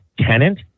tenant